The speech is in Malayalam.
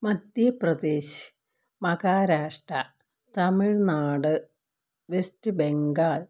മദ്ധ്യപ്രദേശ് മഹാരാഷ്ട്ര തമിഴ്നാട് വെസ്റ്റ് ബംഗാൾ